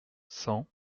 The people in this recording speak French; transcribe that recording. cent